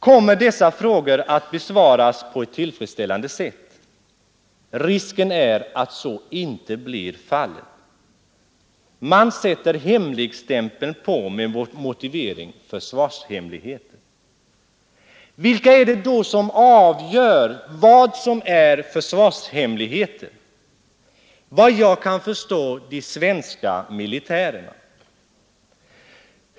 Kommer dessa frågor att besvaras på ett tillfredsställande sätt? Risken är att så inte blir fallet. Man sätter hemligstämpel på med motivering ”försvarshemligheter”. Vilka är det då som avgör vad som är försvarshemligheter? Vad jag kan förstå är det de svenska militärerna.